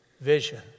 Vision